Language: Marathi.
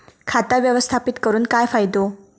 खाता व्यवस्थापित करून काय फायदो?